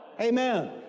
Amen